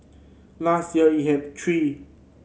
last year it had three